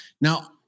Now